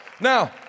Now